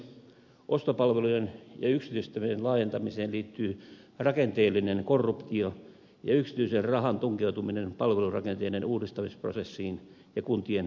ostopalvelujen ja yksityistämisen laajentamiseen liittyy rakenteellinen korruptio ja yksityisen rahan tunkeutuminen palvelurakenteiden uudistamisprosessiin ja kuntien päätöksentekoon